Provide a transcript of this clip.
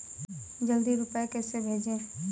जल्दी रूपए कैसे भेजें?